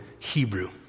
Hebrew